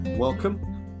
Welcome